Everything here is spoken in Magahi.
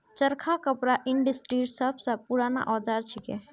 चरखा कपड़ा इंडस्ट्रीर सब स पूराना औजार छिके